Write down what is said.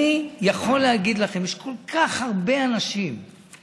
אני יכול להגיד לכם: יש